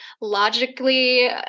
logically